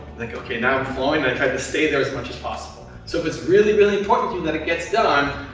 think, okay, now i'm flowing. then, i tried to stay there as much as possible. so, if it's really, really important to you that it gets done,